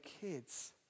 kids